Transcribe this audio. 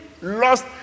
lost